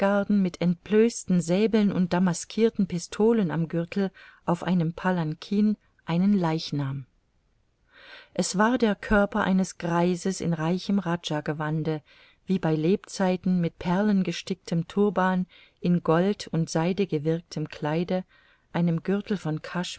mit entblößten säbeln und damascirten pistolen am gürtel auf einem palankin einen leichnam es war der körper eines greises in reichem rajagewande wie bei lebzeiten mit perlengesticktem turban in gold und seite gewirktem kleide einem gürtel von